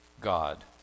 God